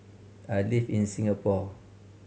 I live in Singapore